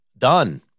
done